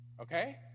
okay